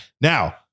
Now